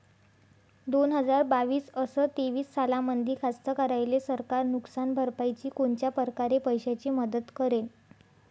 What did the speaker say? दोन हजार बावीस अस तेवीस सालामंदी कास्तकाराइले सरकार नुकसान भरपाईची कोनच्या परकारे पैशाची मदत करेन?